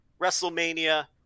WrestleMania